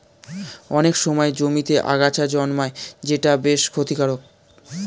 অনেক সময় জমিতে আগাছা জন্মায় যেটা বেশ ক্ষতিকারক